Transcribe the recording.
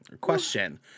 question